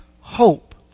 hope